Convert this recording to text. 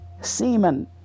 Semen